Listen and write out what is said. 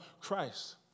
Christ